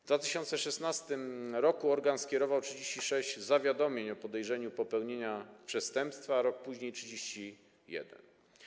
W 2016 r. organ skierował 36 zawiadomień o podejrzeniu popełnienia przestępstwa, a rok później - 31.